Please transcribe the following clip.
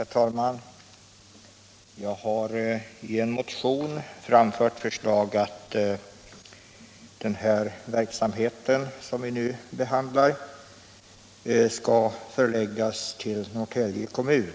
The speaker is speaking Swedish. Herr talman! I motionen 2386 har jag föreslagit att den radio och TV-verksamhet som vi nu behandlar skall förläggas till Norrtälje kommun.